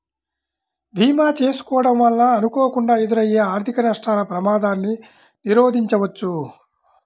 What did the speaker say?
భీమా చేసుకోడం వలన అనుకోకుండా ఎదురయ్యే ఆర్థిక నష్టాల ప్రమాదాన్ని నిరోధించవచ్చు